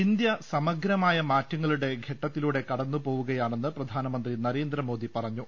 India സമഗ്രമായ മാറ്റങ്ങളുടെ ഘട്ടത്തിലൂടെ കടന്നുപോകു കയാണെന്ന് പ്രധാനമന്ത്രി നരേന്ദ്രമോദി പറഞ്ഞു